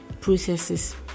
processes